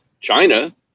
China